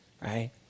Right